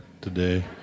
today